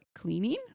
cleaning